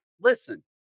listen